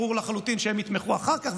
ברור לחלוטין שהם יתמכו אחר כך,